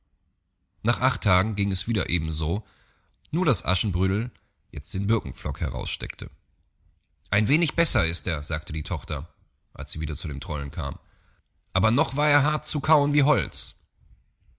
nach acht tagen ging es wieder eben so nur daß aschenbrödel jetzt den birkenpflock heraussteckte ein wenig besser ist er sagte die tochter als sie wieder zu dem trollen kam aber noch war er hart zu kauen wie holz